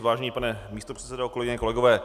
Vážený pane místopředsedo, kolegyně, kolegové.